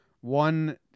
One